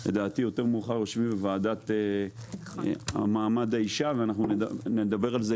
יותר מאוחר אנחנו יושבים בוועדה למעמד האישה ואנחנו נדבר גם על זה.